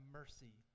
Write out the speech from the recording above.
mercy